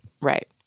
right